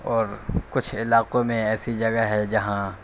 اور کچھ علاقوں میں ایسی جگہ ہے جہاں